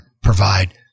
provide